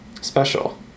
special